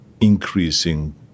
increasing